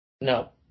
no